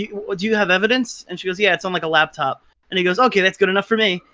you know do you have evidence? and she goes, yeah, it's on, like, a laptop and he goes, okay, that's good enough for me.